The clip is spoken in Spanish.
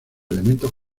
elementos